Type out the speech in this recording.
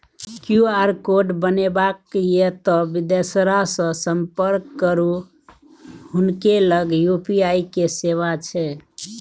QR code बनेबाक यै तए बिदेसरासँ संपर्क करू हुनके लग यू.पी.आई के सेवा छै